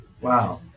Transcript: Wow